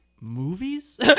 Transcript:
movies